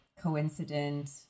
coincident